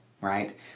right